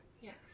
Yes